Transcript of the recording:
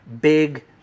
big